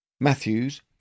Matthews